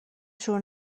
شروع